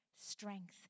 strength